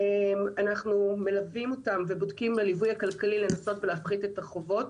אנחנו מלווים אותם ובודקים עם הליווי הכלכלי לנסות להפחית את החובות.